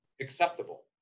acceptable